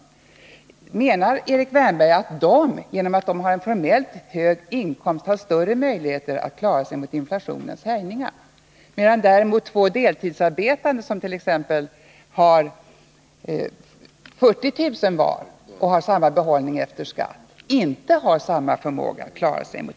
25 Menar Erik Wärnberg att de inkomsttagarna, genom att de formellt har en hög inkomst, har större möjligheter att klara sig mot inflationens härjningar än två deltidsarbetande som t.ex. tjänar 40 000 kr. var och har samma behållning efter skatt?